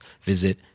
visit